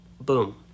boom